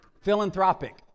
Philanthropic